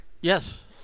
Yes